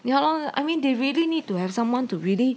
ya lor I mean they really need to have someone to really